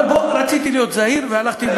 אבל רציתי להיות זהיר והלכתי,